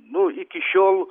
nu iki šiol